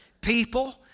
people